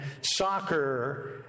soccer